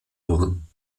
wurden